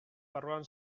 barruan